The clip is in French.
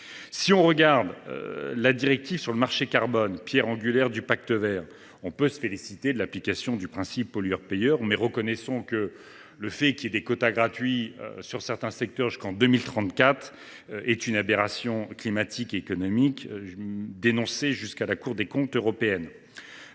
féliciter que la directive sur le marché carbone, pierre angulaire du Pacte vert, prévoie l’application du principe de pollueur payeur. Toutefois, reconnaissons que le maintien des quotas gratuits dans certains secteurs jusqu’en 2034 est une aberration climatique et économique, dénoncée jusqu’à la Cour des comptes européenne.